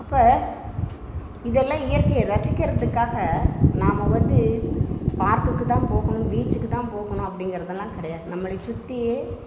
அப்போ இதெல்லாம் இயற்கையை ரசிக்கிறதுக்காக நாம் வந்து பார்க்குக்குத்தான் போகணும் பீச்சுக்குத்தான் போகணும் அப்படிங்குறதெல்லாம் கிடையாது நம்மளை சுற்றியே